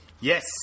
Yes